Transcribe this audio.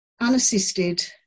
unassisted